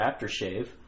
aftershave